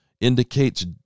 indicates